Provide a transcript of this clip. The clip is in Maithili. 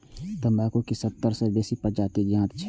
तंबाकू के सत्तर सं बेसी प्रजाति ज्ञात छै